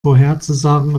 vorherzusagen